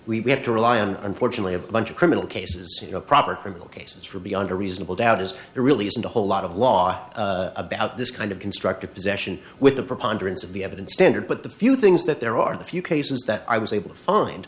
reason we have to rely on unfortunately a bunch of criminal cases proper criminal cases for beyond a reasonable doubt is there really isn't a whole lot of law about this kind of constructive possession with the preponderance of the evidence standard but the few things that there are the few cases that i was able to find